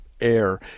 air